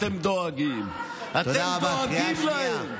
אתם דואגים להם.